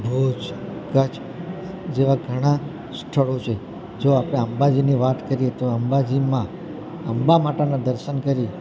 ભુજ કચ્છ જેવાં ઘણાં સ્થળો છે જો આપણે અંબાજીની વાત કરીએ તો અંબાજીમાં અંબા માતાનાં દર્શન કરી